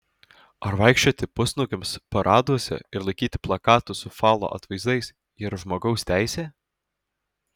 ar vaikščioti pusnuogiams paraduose ir laikyti plakatus su falo atvaizdais yra žmogaus teisė